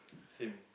same